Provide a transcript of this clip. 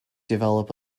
develop